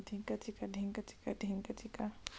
का नल bill offline हि होथे?